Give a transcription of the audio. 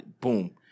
boom